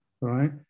right